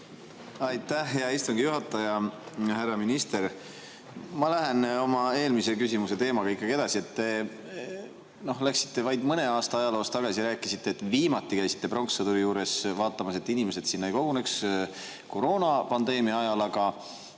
Aitäh, hea istungi juhataja! Härra minister! Ma lähen oma eelmise küsimuse teemaga ikkagi edasi. Te läksite vaid mõne aasta ajaloos tagasi, rääkisite, et viimati käisite pronkssõduri juures vaatamas, et inimesed sinna ei koguneks, koroonapandeemia ajal.